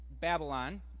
Babylon